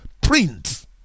print